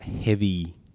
heavy